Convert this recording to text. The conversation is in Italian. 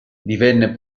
divenne